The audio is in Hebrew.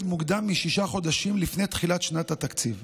מוקדם משישה חודשים לפני תחילת שנת התקציב,